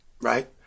right